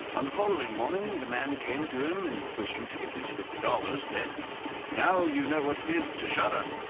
on the following morning the man came to him, and, wishing to get his fifty dollars, said now you know what it is to shudder.